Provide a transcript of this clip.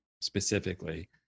specifically